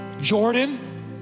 Jordan